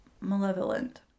Malevolent